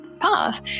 path